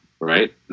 Right